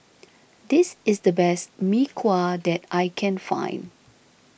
this is the best Mee Kuah that I can find